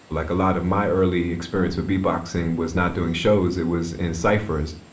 like a lot of my early experience with beatboxing was not doing shows, it was in ciphers